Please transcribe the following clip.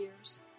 years